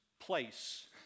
place